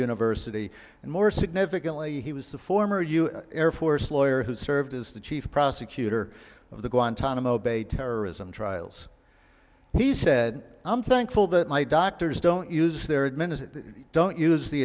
university and more significantly he was a former u s air force lawyer who served as the chief prosecutor of the guantanamo bay terrorism trials he said i'm thankful that my doctors don't use their admin as don't use the